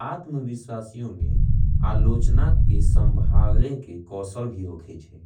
आत्मविश्वासियों में आलोचना के संभाल ले के कोसल भी होगे जे।